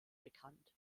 bekannt